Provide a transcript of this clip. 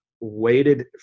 waited